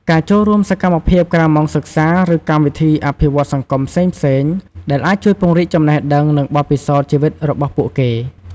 ការចូលរួមសកម្មភាពក្រៅម៉ោងសិក្សា ឬកម្មវិធីអភិវឌ្ឍន៍សង្គមផ្សេងៗ ដែលអាចជួយពង្រីកចំណេះដឹង និងបទពិសោធន៍ជីវិតរបស់ពួកគេ។